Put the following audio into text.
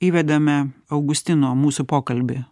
įvedame augustino mūsų pokalbį